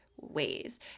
ways